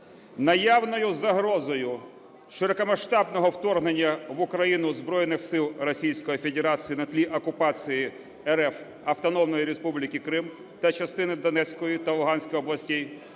наявною загрозою широкомасштабного вторгнення в Україну збройних сил Російської Федерації, на тлі окупації РФ Автономної Республіки Крим та частини Донецької та Луганської областей,